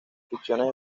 aficiones